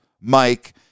Mike